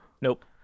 nope